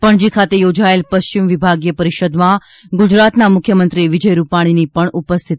પણજી ખાતે યોજાયેલ પશ્ચિમ વિભાગીય પરીષદમાં ગુજરાતના મુખ્યમંત્રી વિજય રૂપાણીની પણ ઉપસ્થતિ